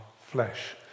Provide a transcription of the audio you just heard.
flesh